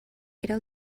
era